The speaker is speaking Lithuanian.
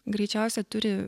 greičiausia turi